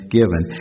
given